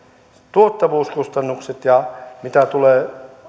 tuottavuuskustannukset ja mitä tulee